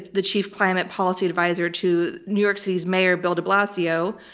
the chief climate policy adviser to new york city's mayor bill de blasio.